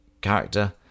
character